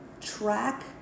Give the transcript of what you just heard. track